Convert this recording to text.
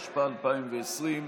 התשפ"א 2020,